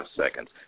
seconds